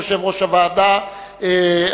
יושב-ראש הוועדה,